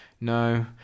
no